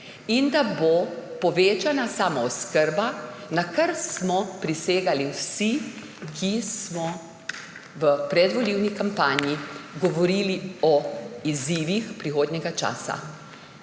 in da bo povečana samooskrba, na kar smo prisegali vsi, ki smo v predvolilni kampanji govorili o izzivih prihodnjega časa.